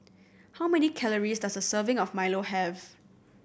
how many calories does a serving of milo have